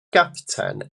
gapten